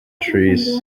trees